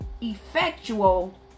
Effectual